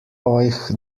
euch